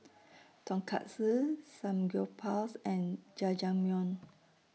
Tonkatsu Samgyeopsal and Jajangmyeon